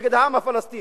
נגד העם הפלסטיני.